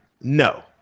No